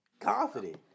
Confident